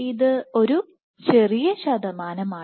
ഇത് ഒരു ചെറിയ ശതമാനമാണ്